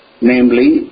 namely